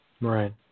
Right